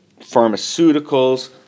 pharmaceuticals